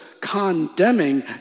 condemning